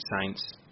Saints